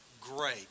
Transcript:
great